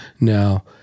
Now